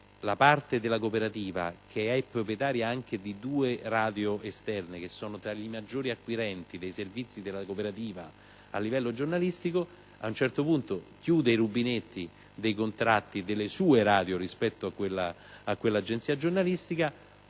la parte della cooperativa che è proprietaria anche di due radio esterne che sono tra i maggiori acquirenti dei servizi della cooperativa a livello giornalistico, ad un certo punto chiude i rubinetti dei contratti delle sue radio rispetto a quell'agenzia giornalistica